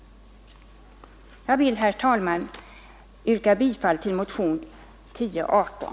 Jag vill, herr talman, yrka bifall till motionen 1018.